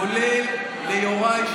כולל ליוראי,